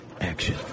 action